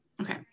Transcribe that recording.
okay